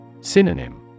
Synonym